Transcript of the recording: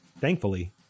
Thankfully